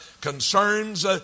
concerns